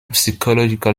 psychological